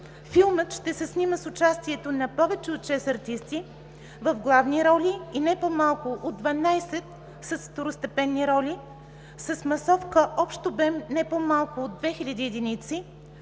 филмът ще се снима с участието на повече от 6 артисти в главни роли и не по-малко от 12 с второстепенни роли; с масовка общ обем не по-малко от 2000 единици;